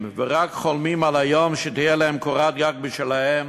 ורק חולמים על היום שתהיה להם קורת-גג משלהם,